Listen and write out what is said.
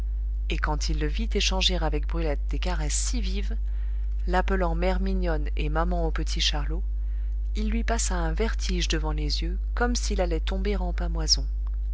et quand il le vit échanger avec brulette des caresses si vives l'appelant mère mignonne et maman au petit charlot il lui passa un vertige devant les yeux comme s'il allait tomber en pâmoison